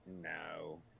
No